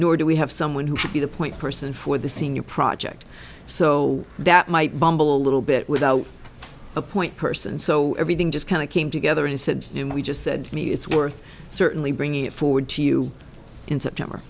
nor do we have someone who should be the point person for the senior project so that might bumble a little bit without a point person so everything just kind of came together and said you know we just said to me it's worth certainly bringing it forward to you in september